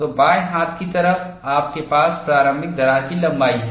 तो बाएं हाथ की तरफ आपके पास प्रारंभिक दरार की लंबाई है